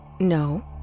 No